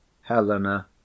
Helena